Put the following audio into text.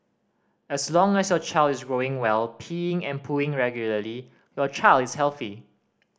as long as your child is growing well peeing and pooing regularly your child is healthy